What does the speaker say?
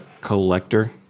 collector